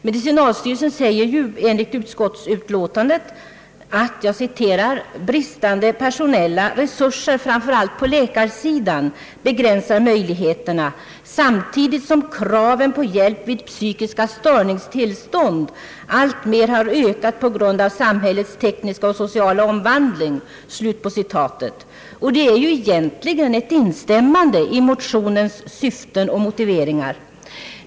Medicinalstyrelsen säger enligt utskottsutiåtandet: »Bristande personella resurser, framför allt på läkarsidan, begränsar möjligheterna samtidigt som kraven på hjälp vid psykiska störningstillstånd alltmer har ökat på grund av samhällets tekniska och sociala omvandling.» Detta är ju egentligen ett instämmande i motionens syften och motiveringar.